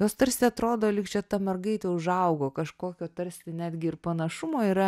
jos tarsi atrodo lyg čia ta mergaitė užaugo kažkokio tarsi netgi ir panašumo yra